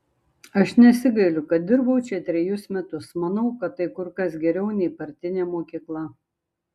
aš nesigailiu kad dirbau čia trejus metus manau tai kur kas geriau nei partinė mokykla